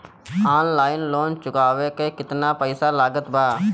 Online loan चुकवले मे केतना पईसा लागत बा?